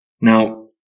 Now